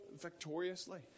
victoriously